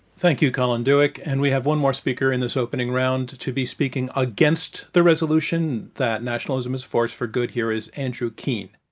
thank you, colin dueck. and we have one more speaker in this opening round to be speaking against the resolution that nationalism is a force for good. here is andrew keen.